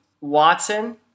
Watson